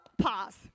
pause